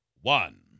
one